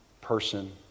person